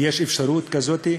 ויש אפשרות כזאת,